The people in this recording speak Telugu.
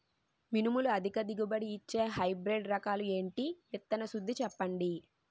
మినుములు అధిక దిగుబడి ఇచ్చే హైబ్రిడ్ రకాలు ఏంటి? విత్తన శుద్ధి చెప్పండి?